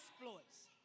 exploits